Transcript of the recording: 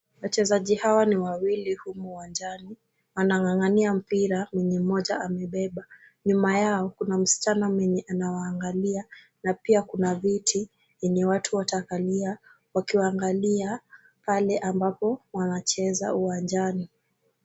Wachezaji hawa ni wawili humu uwanjani, wanang'ang'ania mpira, mwenye mmoja amebeba. Nyuma yao kuna msichana mwenye anawaangalia na pia kuna viti yenye watu watakalia wakiwaangalia pale ambapo wanacheza uwanjani.